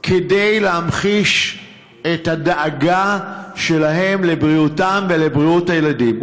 כדי להמחיש את הדאגה שלהם לבריאותם ולבריאות הילדים.